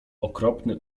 okropny